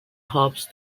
hobs